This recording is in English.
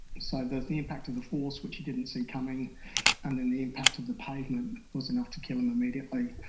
so the the impact of the force, which he didn't see coming and then the impact of the pavement was enough to kill him immediately,